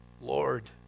Lord